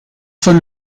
von